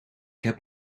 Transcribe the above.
heb